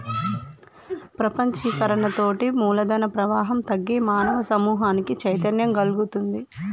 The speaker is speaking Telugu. ప్రపంచీకరణతోటి మూలధన ప్రవాహం తగ్గి మానవ సమూహానికి చైతన్యం గల్గుతుంది